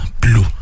blue